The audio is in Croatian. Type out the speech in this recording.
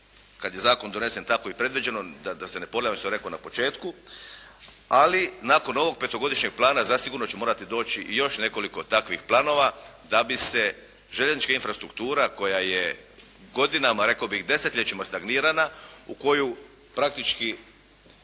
kada je zakon donesen tako i predviđeno, da se ne ponavljam što sam rekao na početku, ali nakon ovog petogodišnjeg plana zasigurno će morati doći i još nekoliko takvih planova da bi se željeznička infrastruktura koja bi godinama, rekao bih desetljećima stagnirana, u koju praktički,